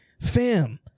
fam